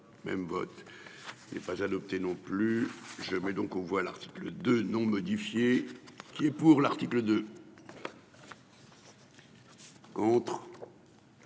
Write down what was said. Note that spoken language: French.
même vote même. Est pas adopté non plus je mets donc aux voix l'article de non modifié, qui est pour l'article 2. Autre.